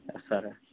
yes sir